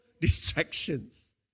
distractions